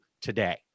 today